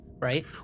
Right